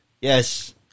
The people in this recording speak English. yes